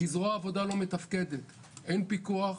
זרוע העבודה לא מתפקדת, אין פיקוח,